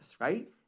right